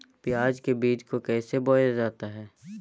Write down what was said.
प्याज के बीज को कैसे बोया जाता है?